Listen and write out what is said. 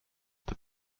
that